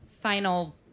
final